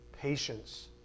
patience